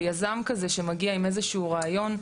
ויזם כזה שמגיע עם איזשהו רעיון,